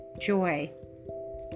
joy